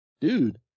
Dude